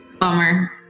Bummer